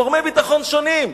מגורמי ביטחון שונים.